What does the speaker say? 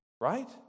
Right